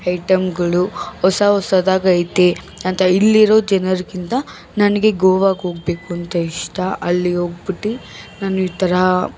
ಐಟಮ್ಗಳು ಹೊಸ ಹೊಸದಾಗೈತೆ ಅಂತ ಇಲ್ಲಿರೋ ಜನರಿಗಿಂತ ನನಗೆ ಗೋವಾಗೋಗಬೇಕು ಅಂತ ಇಷ್ಟ ಅಲ್ಲಿಗೋಗ್ಬಿಟ್ಟು ನಾನು ಈ ಥರ